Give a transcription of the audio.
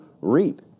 reap